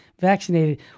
vaccinated